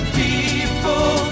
people